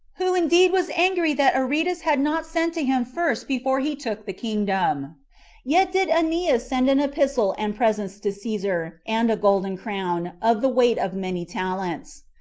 who indeed was angry that aretas had not sent to him first before he took the kingdom yet did aeneas send an epistle and presents to caesar, and a golden crown, of the weight of many talents.